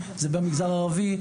זה במגזר הערבי,